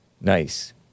Nice